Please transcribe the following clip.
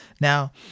Now